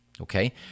Okay